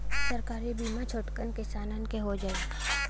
सरकारी बीमा छोटकन किसान क हो जाई?